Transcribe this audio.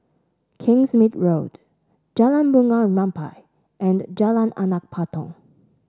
Kingsmead Road Jalan Bunga Rampai and Jalan Anak Patong